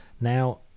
Now